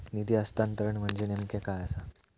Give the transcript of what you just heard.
निधी हस्तांतरण म्हणजे नेमक्या काय आसा?